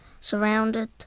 surrounded